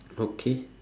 okay